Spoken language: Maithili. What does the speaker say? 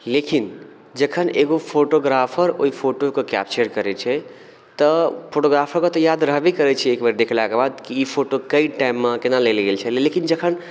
लेकिन जखन एगो फोटोग्राफर ओहि फोटोके कैप्चर करैत छै तऽ फोटोग्राफरके तऽ याद रहबे करैत छै एकबेर देखलाक बाद कि ई फोटो कइ टाइममे केना लेल गेल छलै लेकिन जखन